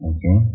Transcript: Okay